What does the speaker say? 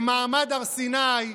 במעמד הר סיני,